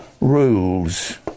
rules